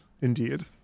indeed